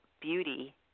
beauty